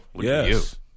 Yes